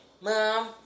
Mom